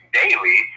daily